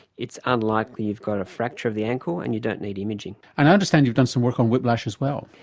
it's unlikely you've got a fracture of the ankle and you don't need imaging. and i understand you've done some work on whiplash as well.